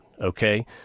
okay